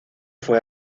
fue